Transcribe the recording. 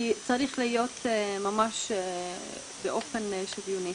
כי זה צריך להיות ממש באופן שוויוני.